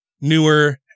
newer